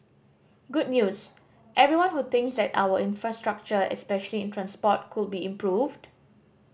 good news everyone who thinks that our infrastructure especially in transport could be improved